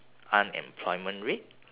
unemployment rate